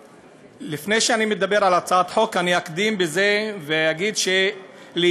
לפני שאני מדבר על הצעת החוק אקדים ואגיד שלהיות